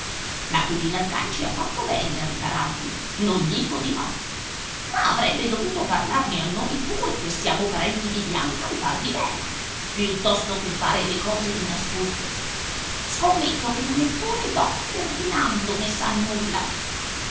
la cugina sganci ha fatto bene a ripararvi non dico di no ma avrebbe dovuto parlarne a noi pure che siamo parenti di bianca al par di lei piuttosto che fare le cose di nascosto scommetto che neppure don ferdinando ne sa nulla